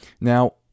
Now